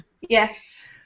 Yes